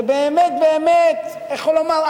זה באמת באמת, איך לומר?